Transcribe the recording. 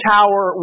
Tower